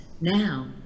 Now